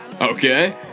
Okay